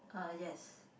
uh yes